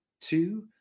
two